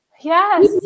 Yes